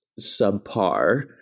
subpar